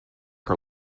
her